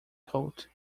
coat